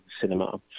cinema